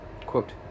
Quote